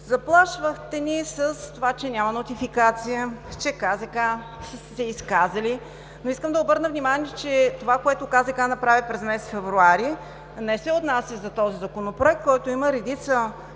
Заплашвахте ни с това, че няма нотификация, че КЗК са се изказали, но искам да обърна внимание, че това, което КЗК направи през месец февруари, не се отнася за този Законопроект, който има редица